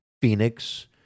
Phoenix